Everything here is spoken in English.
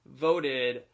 voted